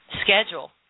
schedule